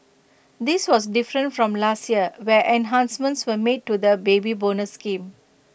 this was different from last year where enhancements were made to the Baby Bonus scheme